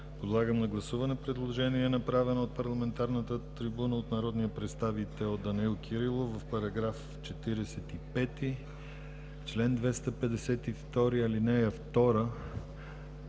Подлагам на гласуване предложението, направено от парламентарната трибуна от народния представител Данаил Кирилов, в § 45, чл. 252, ал. 2